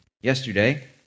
yesterday